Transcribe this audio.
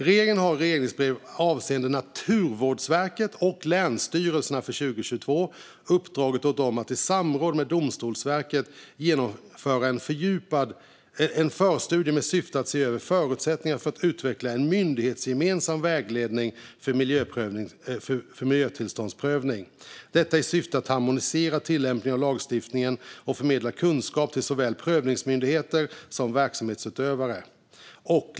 Regeringen har i regleringsbrev avseende Naturvårdsverket och länsstyrelserna för 2022 uppdragit åt dem att i samråd med Domstolsverket genomföra en förstudie med syfte att se över förutsättningarna för att utveckla en myndighetsgemensam vägledning för miljötillståndsprövningen, detta i syfte att harmonisera tillämpningen av lagstiftningen och förmedla kunskap till såväl prövningsmyndigheter som verksamhetsutövare.